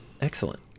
Excellent